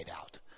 out